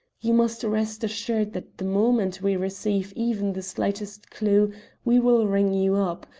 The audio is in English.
you must rest assured that the moment we receive even the slightest clue we will ring you up,